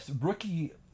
rookie